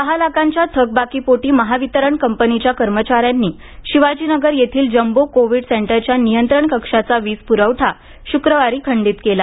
सहा लाखांच्या थकबाकीपोटी महावितरण कंपनीच्या कर्मचाऱ्यांनी शिवाजीनगर येथील जम्बो कोवीड सेंटरच्या नियंत्रण कक्षाचा वीज पुरवठा शुक्रवारी खंडीत केला